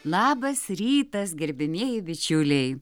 labas rytas gerbiamieji bičiuliai